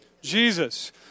Jesus